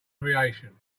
creation